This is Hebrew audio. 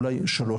אולי שלוש,